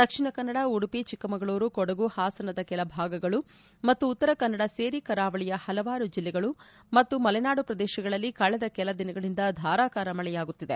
ದಕ್ಷಿಣಕನ್ನಡ ಉಡುಪಿ ಚಿಕ್ಕಮಗಳೂರು ಕೊಡಗು ಹಾಸನದ ಕೆಲ ಭಾಗಗಳು ಮತ್ತು ಉತ್ತರ ಕನ್ನಡ ಸೇರಿ ಕರಾವಳಿಯ ಪಲವಾರು ಜಿಲ್ಲೆಗಳು ಮತ್ತು ಮಲೆನಾಡು ಪ್ರದೇಶಗಳಲ್ಲಿ ಕಳೆದ ಕೆಲ ದಿನಗಳಿಂದ ಧಾರಕಾರ ಮಳೆಯಾಗುತ್ತಿದೆ